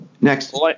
Next